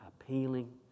appealing